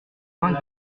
vingts